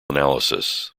analysis